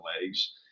legs